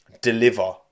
deliver